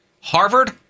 Harvard